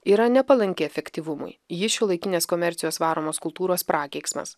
yra nepalanki efektyvumui ji šiuolaikinės komercijos varomos kultūros prakeiksmas